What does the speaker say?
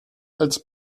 als